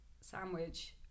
sandwich